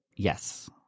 Yes